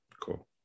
Cool